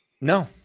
no